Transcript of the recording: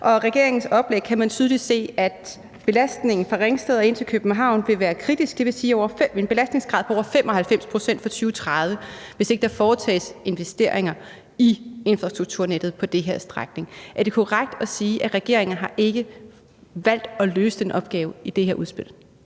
regeringens oplæg kan man tydeligt se, at belastningen fra Ringsted og ind til København vil være kritisk – dvs. en belastningsgrad på over 95 pct. for 2030, hvis ikke der foretages investeringer i infrastrukturnettet på den her strækning. Er det korrekt at sige, at regeringen ikke har valgt at løse den opgave i det her udspil?